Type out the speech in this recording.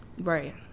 Right